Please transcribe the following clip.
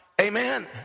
Amen